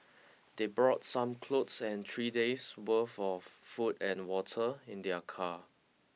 they brought some clothes and three days' worth of food and water in their car